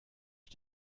ich